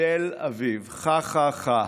בתל אביב, חה, חה,